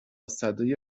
سده